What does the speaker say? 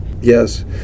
Yes